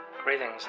Greetings